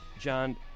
John